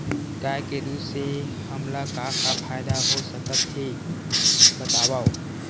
गाय के दूध से हमला का का फ़ायदा हो सकत हे बतावव?